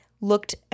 looked